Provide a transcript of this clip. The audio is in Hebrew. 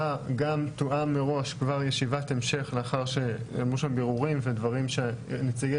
גם תואם מראש ישיבת המשך לאחר בירורים שנציגי